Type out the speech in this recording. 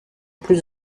plus